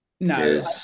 no